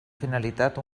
finalitat